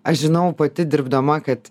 aš žinau pati dirbdama kad